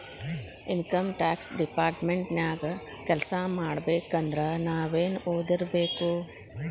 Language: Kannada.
ಇನಕಮ್ ಟ್ಯಾಕ್ಸ್ ಡಿಪಾರ್ಟ್ಮೆಂಟ ನ್ಯಾಗ್ ಕೆಲ್ಸಾಮಾಡ್ಬೇಕಂದ್ರ ನಾವೇನ್ ಒದಿರ್ಬೇಕು?